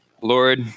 Lord